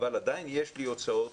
עדיין יש לי הוצאות